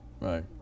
Right